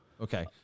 Okay